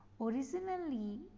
Originally